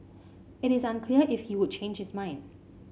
it is unclear if he would change his mind